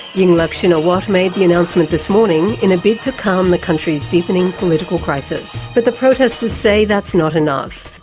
yingluck shinawatra made the announcement this morning, in a bid to calm the country's deepening political crisis. but the protesters say that's not enough.